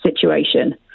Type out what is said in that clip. situation